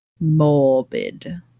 morbid